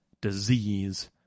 disease